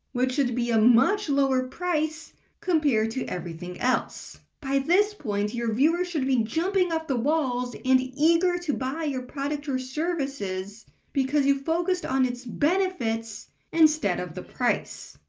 which should be a much lower price compared to everything else. by this point, your viewers should be jumping off the walls and eager to buy your product or service because you focused on its benefits instead of the price.